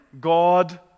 God